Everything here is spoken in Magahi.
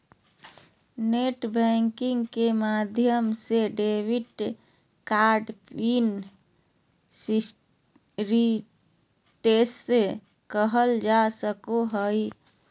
नेट बैंकिंग के माध्यम से डेबिट कार्ड पिन रीसेट करल जा सको हय